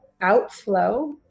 outflow